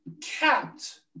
capped